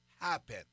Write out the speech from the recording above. Happen